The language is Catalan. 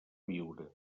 viure